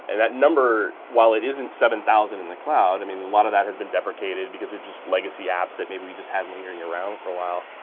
and that number, while it isn't seven thousand in the cloud, i mean a lot of that has been deprecated because of just legacy apps, that maybe we just have lingering around for a while.